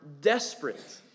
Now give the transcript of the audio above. desperate